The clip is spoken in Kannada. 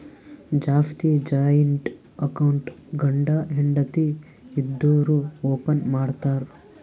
ಜಾಸ್ತಿ ಜಾಯಿಂಟ್ ಅಕೌಂಟ್ ಗಂಡ ಹೆಂಡತಿ ಇದ್ದೋರು ಓಪನ್ ಮಾಡ್ತಾರ್